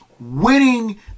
Winning